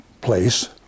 place